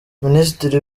minisitiri